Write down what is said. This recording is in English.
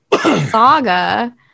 saga